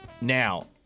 Now